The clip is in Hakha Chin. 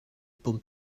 pum